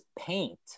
paint